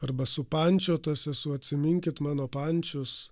arba supančiotas esu atsiminkit mano pančius